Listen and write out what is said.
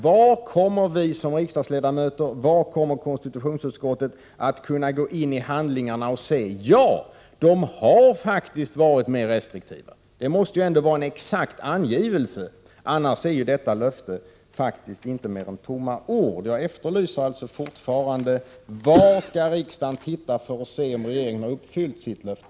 Var kommer vi riksdagsledamöter och konstitutionsutskottet att kunna gå in i handlingarna och se att regeringen har varit mer restriktiv? Det måste finnas en exakt angivelse, annars är detta löfte inte mer än tomma ord. Jag efterlyser alltså fortfarande ett besked om var riksdagen skall titta för att se om regeringen har uppfyllt sitt löfte.